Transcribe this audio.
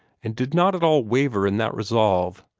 and did not at all waver in that resolve,